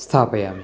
स्थापयामि